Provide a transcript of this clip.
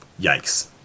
yikes